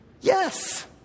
yes